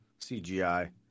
CGI